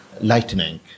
lightning